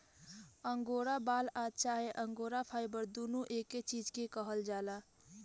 angora बाल आ चाहे अंगोरा फाइबर दुनो एके चीज के कहल जाला